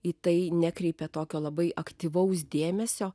į tai nekreipia tokio labai aktyvaus dėmesio